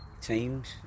teams